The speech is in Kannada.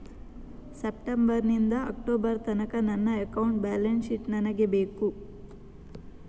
ಸೆಪ್ಟೆಂಬರ್ ನಿಂದ ಅಕ್ಟೋಬರ್ ತನಕ ನನ್ನ ಅಕೌಂಟ್ ಬ್ಯಾಲೆನ್ಸ್ ಶೀಟ್ ನನಗೆ ಬೇಕು